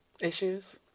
Issues